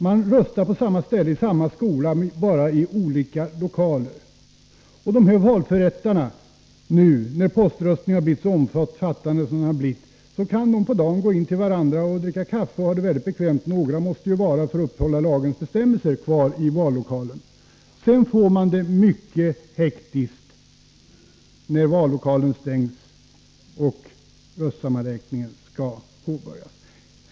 Man röstar på samma ställe i samma skola men i olika lokaler. Nu när poströstningen har blivit så omfattande kan valförrättarna på dagen gå in till varandra och dricka kaffe och ha det bekvämt — några måste ju vara kvar i vallokalen enligt lagens bestämmelser. Men när vallokalen har stängts och röstsammanräkningen skall påbörjas får man det mycket hektiskt.